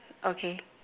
okay